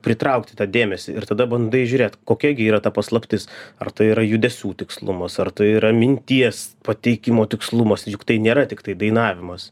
pritraukti tą dėmesį ir tada bandai žiūrėt kokia gi yra ta paslaptis ar tai yra judesių tikslumas ar tai yra minties pateikimo tikslumas juk tai nėra tiktai dainavimas